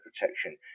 protection